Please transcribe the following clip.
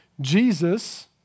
Jesus